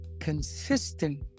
consistent